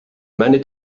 many